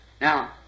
Now